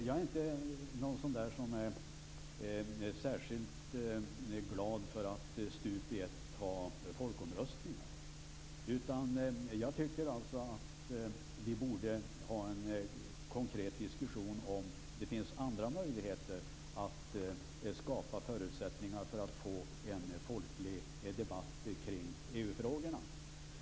Jag inte en sådan person som är särskilt glad i att stup i ett ha folkomröstningar. Jag tycker att vi borde ha en konkret diskussion om huruvida det finns andra möjligheter att skapa förutsättningar för att få en folklig debatt kring EU-frågorna.